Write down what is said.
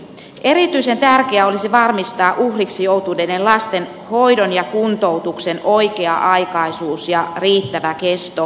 erityisen tärkeää olisi varmistaa uhriksi joutuneiden lasten hoidon ja kuntoutuksen oikea aikaisuus ja riittävä kesto